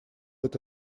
эта